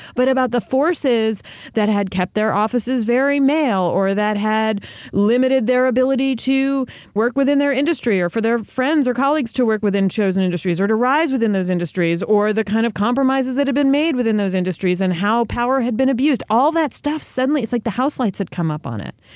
but about the forces that had kept their offices very male or that had limited their ability to work within their industry. or for their friends or colleagues to work within chosen industries. or to rise within those industries. or the kind of compromises that have been made within those industries and how power had been abused. all that stuff's suddenly, it's like the house lights have come up on it.